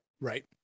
right